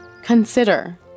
Consider